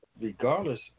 regardless